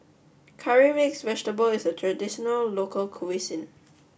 Curry Mixed Vegetable is a traditional local cuisine